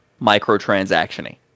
microtransaction-y